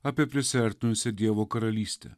apie prisiartinusią dievo karalystę